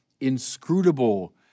inscrutable